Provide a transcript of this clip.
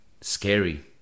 scary